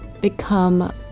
become